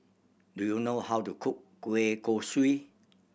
do you know how to cook kueh kosui